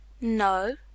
no